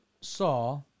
saw